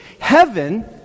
Heaven